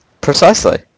Precisely